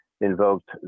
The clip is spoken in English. invoked